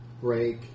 break